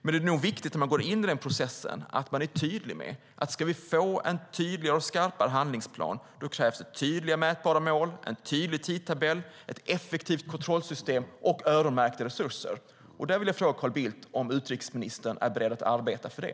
När man går in i den processen är det viktigt att man är tydlig med att det, om vi ska få en tydligare och skarpare handlingsplan, krävs tydliga mätbara mål, en tydlig tidtabell, ett effektivt kontrollsystem och öronmärkta resurser. Jag vill fråga utrikesminister Carl Bildt: Är du beredd att arbeta för det?